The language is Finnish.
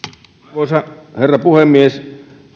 arvoisa herra puhemies